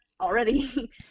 already